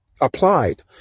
applied